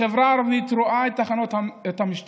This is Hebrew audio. החברה הערבית רואה את תחנות המשטרה